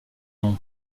nom